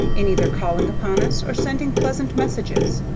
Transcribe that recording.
in either calling upon us or sending pleasant messages.